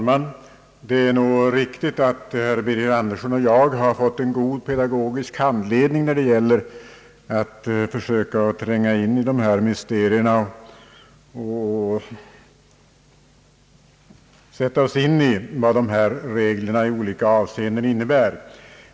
Herr talman! Det är riktigt att herr Birger Andersson och jag fått en god pedagogisk handledning när det gäller att försöka tränga in i dessa mysterier och sätta oss in i vad reglerna i olika avseenden innebär.